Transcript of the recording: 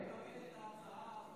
אפשר לקבל את ההצעה הזאת,